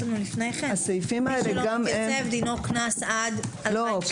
לנו לפני כן: מי שלא מתייצב דינו קנס עד 2,000 שקל?